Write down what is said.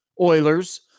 Oilers